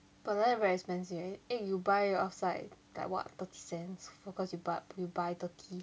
but like that very expensive egg you buy outside like what thirty cents cause you buy you buy thirty